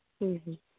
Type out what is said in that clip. ᱦᱩᱸ ᱦᱩᱸ